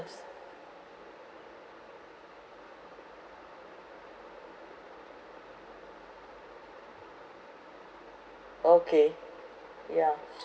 okay yeah